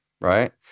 Right